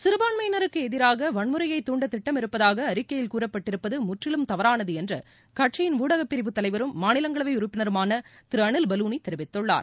சிறுபான்மயினருக்கு எதிராக வன்முறையை துண்ட திட்டம் இருப்பதாக அறிக்கையில் கூறப்பட்டிருப்பது முற்றிலும் தவறானது என்று கட்சியின் ஊடகப்பிரிவு தலைவரும் மாநிலங்களவை உறுப்பினருமான திரு அனில் பலூனி தெரிவித்துள்ளார்